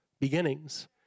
beginnings